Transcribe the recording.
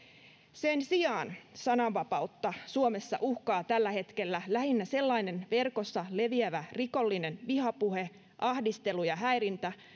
sen sijaan sananvapautta suomessa uhkaa tällä hetkellä lähinnä sellainen verkossa leviävä rikollinen vihapuhe ahdistelu ja häirintä